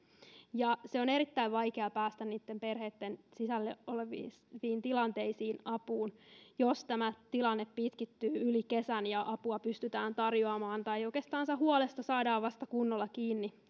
on erittäin vaikeaa päästä antamaan apua perheitten sisällä oleviin tilanteisiin jos tämä tilanne pitkittyy yli kesän ja apua pystytään tarjoamaan tai oikeastansa huolesta saadaan kunnolla kiinni